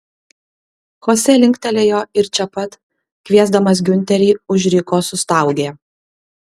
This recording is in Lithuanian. chose linktelėjo ir čia pat kviesdamas giunterį užriko sustaugė